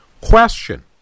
Question